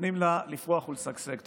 נותנים לה לפרוח ולשגשג.